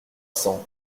cents